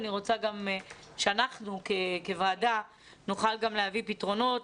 אני רוצה גם שאנחנו כוועדה נוכל גם להביא פתרונות,